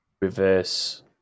reverse